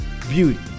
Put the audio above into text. beauty